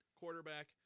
quarterback